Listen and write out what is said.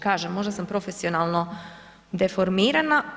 Kažem, možda sam profesionalno deformirana?